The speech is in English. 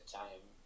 time